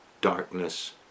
darkness